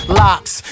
locks